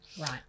Right